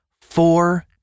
four